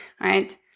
right